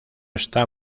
está